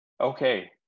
Okay